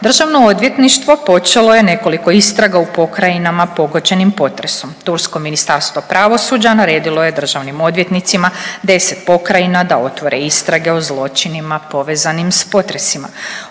Državno odvjetništvo počelo je nekoliko istraga u pokrajinama pogođenim potresom. Tursko ministarstvo pravosuđa naredilo je državnim odvjetnicima 10 pokrajina da otvore istrage o zločinima povezanim sa potresima.